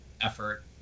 effort